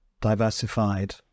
diversified